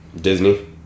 Disney